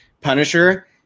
Punisher